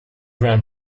ran